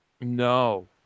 No